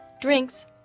Drinks